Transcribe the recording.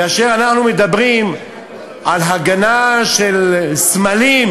כאשר אנחנו מדברים על הגנה על סמלים,